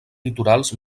litorals